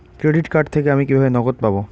Credit card থেকে আমি কিভাবে নগদ পাব?